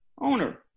owner